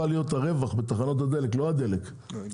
הרווח מגיע מחנויות הנוחות ולא ממכירת הדלק עצמה.